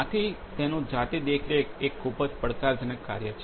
આથી તેનું જાતે દેખરેખ એક ખૂબ જ પડકારજનક કાર્ય છે